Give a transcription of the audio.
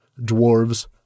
dwarves